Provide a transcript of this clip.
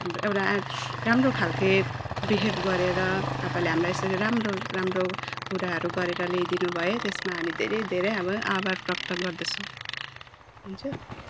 एउटा राम्रो खालके विहेव गरेर तपाईँले हामीलाई यसरी राम्रो राम्रो कुराहरू गरेर ल्याइदिनु भयो त्यसमा हामी धेरै धेरै अब आभार प्रकट गर्दछु हुन्छ